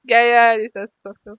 ya ya